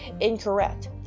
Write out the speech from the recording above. incorrect